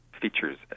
features